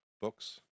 books